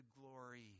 glory